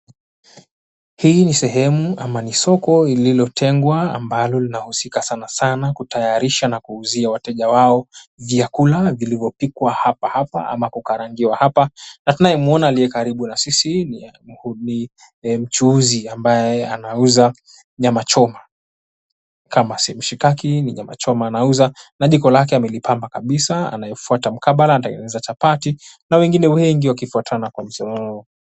Hii ni sehemu ama ni soko lililotengwa ambalo linahusika sana sana kutayarisha na kuuzia wateja wao vyakula vilivyopikwa hapa hapa ama kukarangiwa hapa na tunayemwona aliye karibu na sisi ni mchuuzi ambaye anauza nyama choma, kama si mishikaki ni nyama choma anauza na jiko lake amelipamba kabisa, anayefuata mkabala anatengeneza chapati na wengine wengi wakifuatana kwa mshororo.